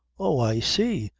oh, i see!